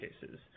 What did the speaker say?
cases